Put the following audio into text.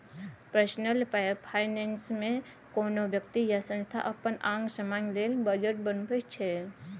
personal finance मे कोनो बेकती या संस्था अपन आंग समांग लेल बजट बनबै छै